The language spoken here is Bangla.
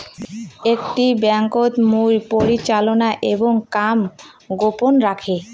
আকটি ব্যাংকোত মুইর পরিচালনা এবং কাম গোপন রাখে